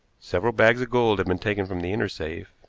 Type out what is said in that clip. several bags of gold had been taken from the inner safe,